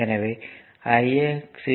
எனவே i s 3 ampere ஆகும்